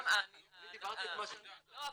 אני דיברתי את מה שאני --- לא,